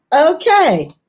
Okay